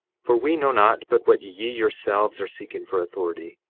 for we know not but what ye yourselves are seeking for authority.